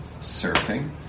surfing